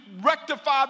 rectify